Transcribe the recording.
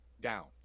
down